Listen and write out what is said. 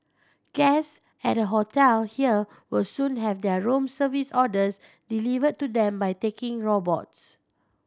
guests at a hotel here will soon have their room service orders delivered to them by talking robots